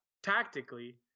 tactically